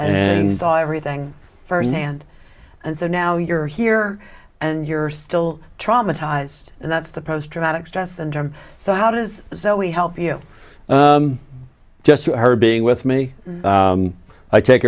and saw everything firsthand and so now you're here and you're still traumatized and that's the post traumatic stress syndrome so how does so we help you just her being with me i take